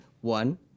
One